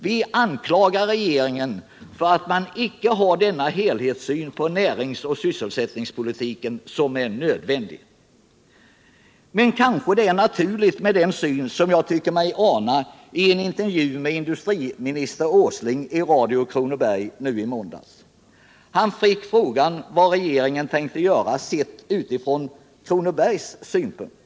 Vi anklagar regeringen för att den icke har den helhetssyn på näringsoch sysselsättningspolitiken som är nödvändig. Men det kanske är naturligt mot bakgrund av den syn som jag tyckte mig ana i en intervju med industriministern Åsling i Radio Kronoberg i måndags. Industriministern fick frågan vad regeringen tänkte göra sett utifrån Kronobergs synpunkt.